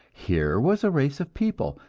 here was a race of people,